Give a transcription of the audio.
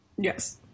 yes